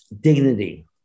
dignity